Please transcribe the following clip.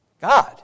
God